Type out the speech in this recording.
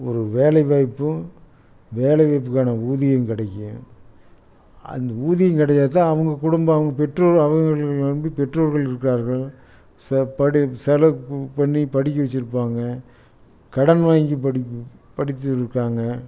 ஒரு வேலைவாய்ப்பும் வேலைவாய்ப்புக்கான ஊதியம் கிடைக்கும் அந்த ஊதியம் கிடைச்சா தான் அவங்க குடும்பம் அவங்க பெற்றோர் அவங்கள நம்பி பெற்றோர்கள் இருக்கிறாங்க சாப்பாடு செலவு பண்ணி படிக்க வச்சுருப்பாங்க கடன் வாங்கி படி படிச்சுருக்காங்க